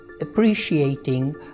appreciating